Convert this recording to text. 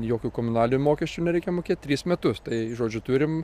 jokių komunalinių mokesčių nereikia mokėt tris metus tai žodžiu turim